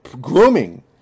grooming